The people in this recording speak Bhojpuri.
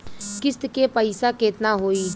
किस्त के पईसा केतना होई?